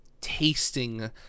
tasting